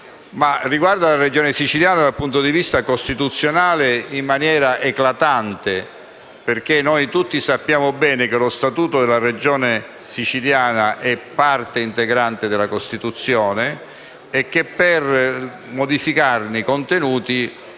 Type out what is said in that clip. che riguarda la Regione siciliana e che, dal punto di vista costituzionale, la riguarda in maniera eclatante. Noi tutti sappiamo bene che lo Statuto della Regione siciliana è parte integrante della Costituzione e che per modificarne i contenuti